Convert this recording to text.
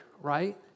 right